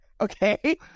Okay